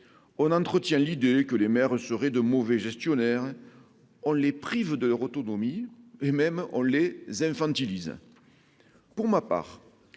on entretient l'idée que les maires seraient de mauvais gestionnaire, on les prive de leur autonomie et même anglais infantilise pour ma part,